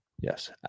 Yes